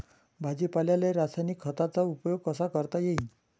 भाजीपाल्याले रासायनिक खतांचा उपयोग कसा करता येईन?